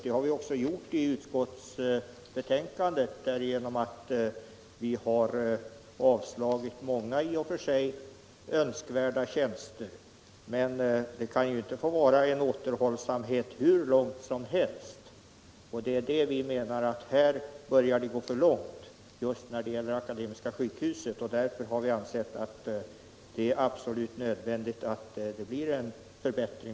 Det har vi också gjort i utskottets betänkande, när vi har avstyrkt många förslag om i och för sig önskvärda tjänster. Men man kan ju inte driva återhållsamheten hur långt som helst. Och vi menar att beträffande Akademiska sjukhuset börjar återhållsamheten nu gå för långt. Därför har vi ansett det vara absolut nödvändigt att där blir en förbättring.